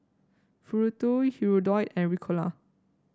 Futuro Hirudoid and Ricola